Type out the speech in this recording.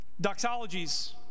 Doxologies